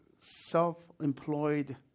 self-employed